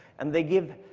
and they give